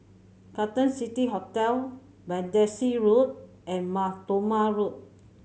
Carlton City Hotel Battersea Road and Mar Thoma Road